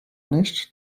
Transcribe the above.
nicht